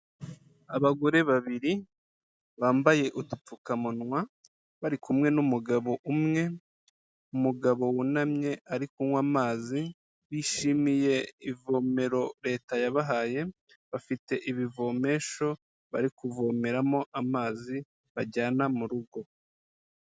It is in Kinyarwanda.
Abagore babiri bambaye udupfukamunwa, bari kumwe n'umugabo umwe; umugabo wunamye ari kunywa amazi, bishimiye ivomero Leta yabahaye, bafite ibivomesho bari kuvomeramo amazi bajyana mu rugo.